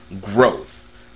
growth